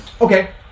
Okay